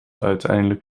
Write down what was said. uiteindelijk